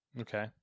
Okay